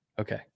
Okay